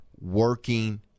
working